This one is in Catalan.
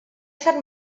sant